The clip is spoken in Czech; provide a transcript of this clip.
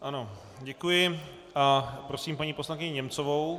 Ano, děkuji, a prosím paní poslankyni Němcovou.